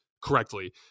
correctly